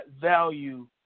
value